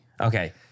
Okay